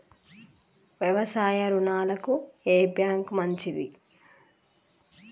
వ్యవసాయ రుణాలకు ఏ బ్యాంక్ మంచిది?